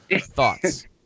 thoughts